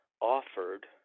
offered